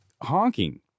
honking